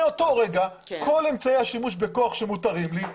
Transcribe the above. מאותו רגע כל אמצעי השימוש בכוח שמותרים לי,